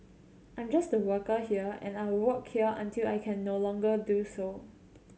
I'm just a worker here and I will work here until I can no longer do so